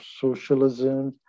socialism